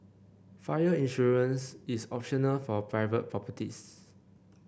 fire insurance is optional for private properties